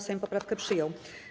Sejm poprawkę przyjął.